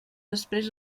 després